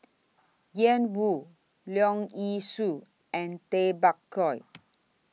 Ian Woo Leong Yee Soo and Tay Bak Koi